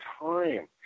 time